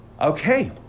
Okay